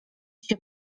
się